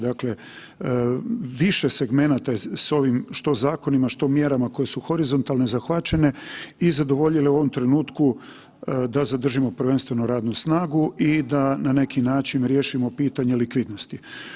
Dakle više segmenata s ovim što zakonima, što mjerama koje su horizontalno zahvaćene i zadovoljile u ovom trenutku da zadržimo prvenstveno radnu snagu i da na neki način riješimo pitanje likvidnosti.